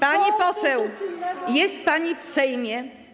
Pani poseł, jest pani w Sejmie.